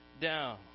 down